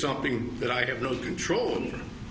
something that i have no control and